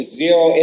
zero